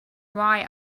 why